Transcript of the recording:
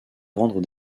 vendre